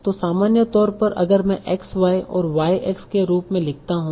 तो सामान्य तौर पर अगर मैं xy को yx के रूप में लिखता हूं